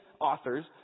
authors